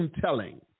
telling